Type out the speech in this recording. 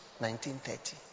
1930